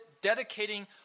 dedicating